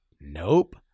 Nope